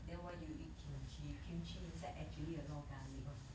then why do you eat kimchi kimchi inside actually a lot of garlic one